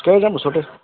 খোজ কাঢ়ি যাম ওচৰতে